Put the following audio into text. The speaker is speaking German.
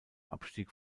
abstieg